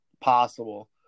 possible